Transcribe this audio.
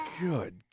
Good